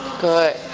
Good